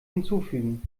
hinzufügen